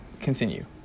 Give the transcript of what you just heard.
Continue